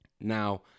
Now